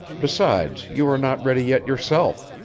besides, you are not ready yet yourself.